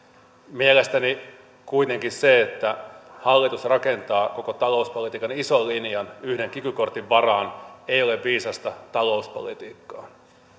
mielestäni kuitenkaan se että hallitus rakentaa koko talouspolitiikan ison linjan yhden kiky kortin varaan ei ole viisasta talouspolitiikkaa